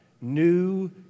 New